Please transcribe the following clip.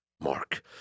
Mark